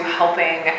helping